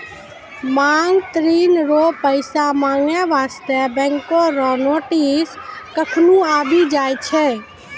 मांग ऋण रो पैसा माँगै बास्ते बैंको रो नोटिस कखनु आबि जाय छै